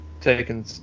taking